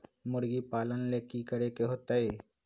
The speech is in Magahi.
मुर्गी पालन ले कि करे के होतै?